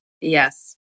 Yes